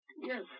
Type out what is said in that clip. Yes